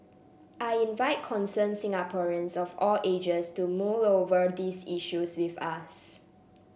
I invite concerned Singaporeans of all ages to mull over these issues with us